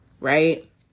Right